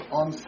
on